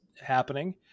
happening